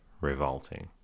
revolting